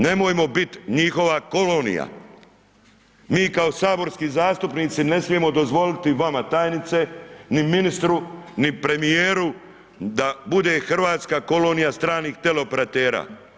Nemojmo biti njihova kolonija, mi kao saborski zastupnici ne smijemo dozvoliti vama tajnice, ni ministru, ni premijeru da bude Hrvatska kolonija stranih teleoperatera.